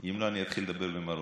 אם לא, אני אתחיל לדבר במרוקאית.